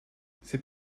c’est